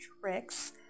tricks